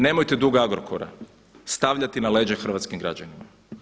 Nemojte dug Agrokora stavljati na leđa hrvatskim građanima.